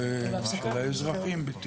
מרחבים.